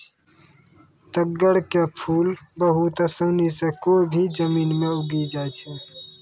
तग्गड़ के फूल बहुत आसानी सॅ कोय भी जमीन मॅ उगी जाय छै